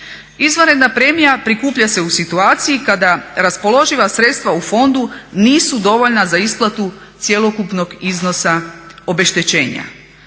Izvanredna premija prikuplja se u situaciji kada raspoloživa sredstva u fondu nisu dovoljna za isplatu cjelokupnog iznosa obeštećenja.